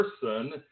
person